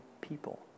people